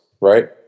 right